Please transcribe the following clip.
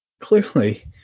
Clearly